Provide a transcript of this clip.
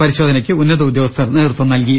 പരിശോധനയ്ക്ക് ഉന്നത ഉദ്യോഗസ്ഥർ നേതൃത്വം നൽകി